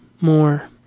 more